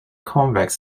convex